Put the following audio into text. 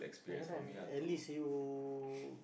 ya lah at least you